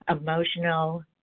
emotional